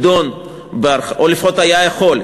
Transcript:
או לפחות היה יכול,